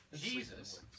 Jesus